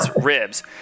ribs